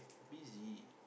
busy